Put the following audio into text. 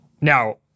Now